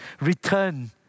return